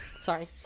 sorry